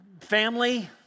family